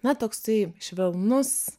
na toksai švelnus